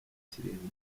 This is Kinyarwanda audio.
kirimbuzi